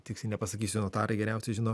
tiksliai nepasakysiu notarai geriausiai žino